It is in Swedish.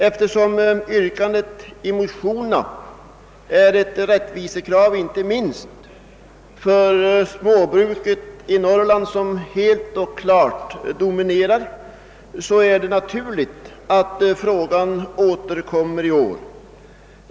Eftersom yrkandet i motionerna är ett rättvisekrav för det småbruk som i Norrland helt och klart dominerar, är det naturligt att frågan återkommer i år.